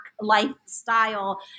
lifestyle